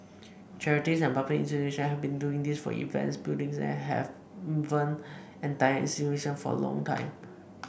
charities and public institutions have been doing this for events buildings and even entire institutions for a long time